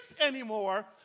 anymore